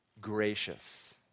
gracious